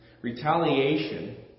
Retaliation